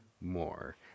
more